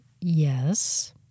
Yes